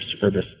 service